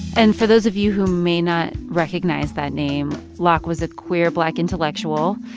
and for those of you who may not recognize that name, locke was a queer black intellectual.